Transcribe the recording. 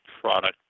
product